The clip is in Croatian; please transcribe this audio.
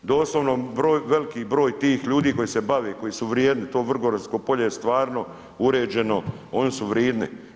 Doslovno veliki broj tih ljudi koji se bave, koji su vrijedni, to Vrgorsko polje je stvarno uređeno, oni su vrijedni.